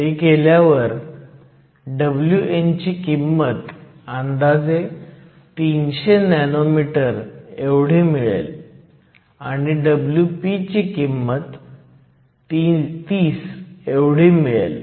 ते केल्यावर Wn ची किंमत अंदाजे 300 नॅनो मीटर एवढी मिळेल आणि Wp ची किंमत 30 एवढी मिळेल